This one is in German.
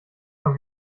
vom